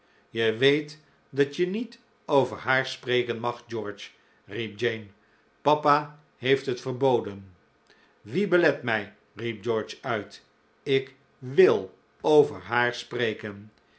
je wcet dat je niet over haar spreken mag george riep jane papa heeft het verboden wie belet mij riep george uit ik wil over haar spreken